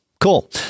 cool